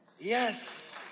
Yes